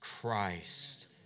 Christ